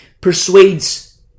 persuades